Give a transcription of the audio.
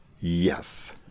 Yes